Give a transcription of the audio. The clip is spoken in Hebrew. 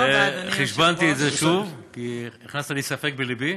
חישבתי את זה שוב כי הכנסת ספק בלבי,